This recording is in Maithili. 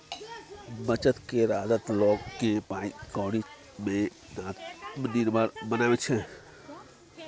बचत केर आदत लोक केँ पाइ कौड़ी में आत्मनिर्भर बनाबै छै